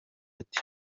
ati